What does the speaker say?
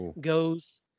goes